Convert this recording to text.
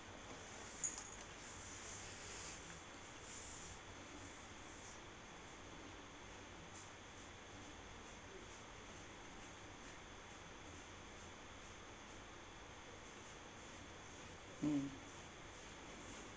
mm